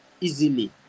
easily